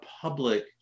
public